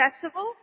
festival